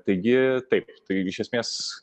taigi taip tai iš esmės